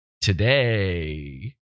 today